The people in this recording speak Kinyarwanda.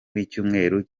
w’icyumweru